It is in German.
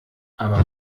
aber